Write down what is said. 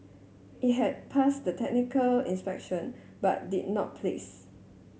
it had passed the technical inspection but did not place